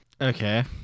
okay